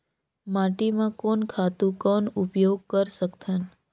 माटी म कोन खातु कौन उपयोग कर सकथन?